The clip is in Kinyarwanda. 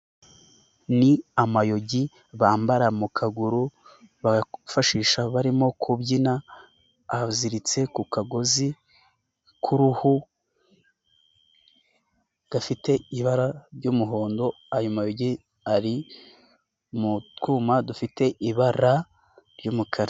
Ni amayogi bambara mu kaguru, bafashisha barimo kubyina, aziritse ku kagozi k'uruhu gafite ibara ry'umuhondo, ayo mayugi ari mu twuma dufite ibara ry'umukara.